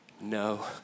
no